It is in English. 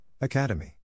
Academy